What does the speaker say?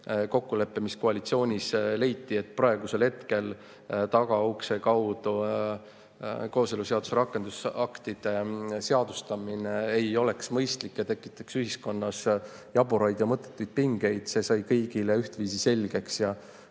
kokkulepe, mis koalitsioonis leiti, et praegu tagaukse kaudu kooseluseaduse rakendusaktide seadustamine ei oleks mõistlik ja tekitaks ühiskonnas jaburaid ja mõttetuid pingeid, sai kõigile ühtviisi selgeks. Ma